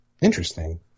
interesting